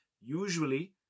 usually